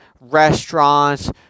restaurants